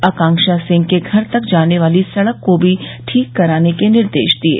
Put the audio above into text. आकाक्षा सिंह के घर तक जाने वाली सड़क को भी ठीक कराने के निर्देश दिये